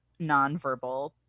nonverbal